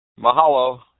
Mahalo